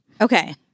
Okay